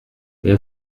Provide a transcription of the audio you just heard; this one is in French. mais